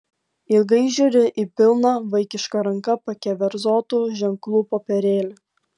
ilgai žiūri į pilną vaikiška ranka pakeverzotų ženklų popierėlį